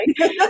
right